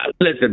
listen